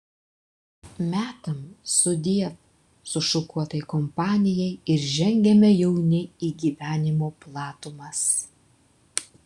metam sudiev sušukuotai kompanijai ir žengiame jauni į gyvenimo platumas